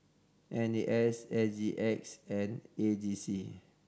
N A S S G X and A G C